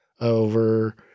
over